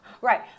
Right